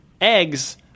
eggs